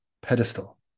pedestal